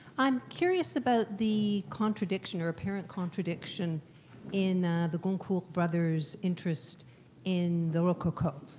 i'm curious about the contradiction or apparent contradiction in the goncourt brothers' interest in the rococo.